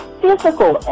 physical